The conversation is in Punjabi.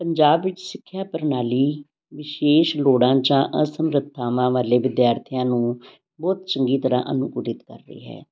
ਪੰਜਾਬ ਵਿੱਚ ਸਿੱਖਿਆ ਪ੍ਰਣਾਲੀ ਵਿਸ਼ੇਸ਼ ਲੋੜਾਂ ਜਾਂ ਅਸਮਰੱਥਾਵਾਂ ਵਾਲੇ ਵਿਦਿਆਰਥੀਆਂ ਨੂੰ ਬਹੁਤ ਚੰਗੀ ਤਰ੍ਹਾਂ ਅਨੂ ਉਦਿਤ ਕਰ ਰਹੀ ਹੈ